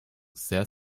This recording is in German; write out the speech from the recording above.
sehr